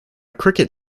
cricket